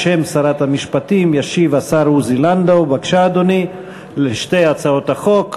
בשם שרת המשפטים ישיב השר עוזי לנדאו על שתי הצעות החוק.